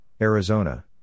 Arizona